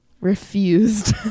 refused